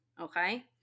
Okay